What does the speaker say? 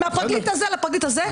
מהפרקליט הזה לפרקליט הזה,